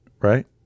right